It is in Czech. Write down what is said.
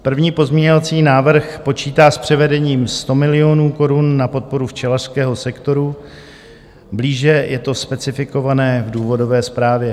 První pozměňovací návrh počítá s převedením 100 milionů korun na podporu včelařského sektoru, blíže je to specifikované v důvodové zprávě.